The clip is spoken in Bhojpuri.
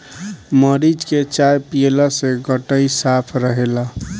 मरीच के चाय पियला से गटई साफ़ रहेला